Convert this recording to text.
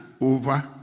over